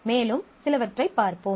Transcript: மேலும் சிலவற்றைப் பார்ப்போம்